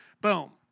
boom